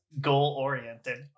Goal-oriented